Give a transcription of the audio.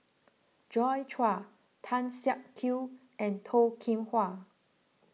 Joi Chua Tan Siak Kew and Toh Kim Hwa